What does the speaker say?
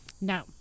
No